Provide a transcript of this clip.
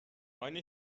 meine